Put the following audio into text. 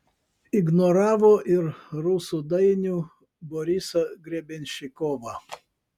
ignoravo ir rusų dainių borisą grebenščikovą